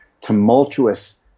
tumultuous